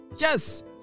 Yes